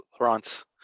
Laurence